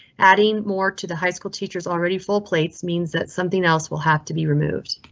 adding more to the high school teachers already, full plates means that something else will have to be removed.